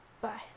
bye